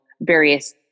various